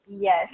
yes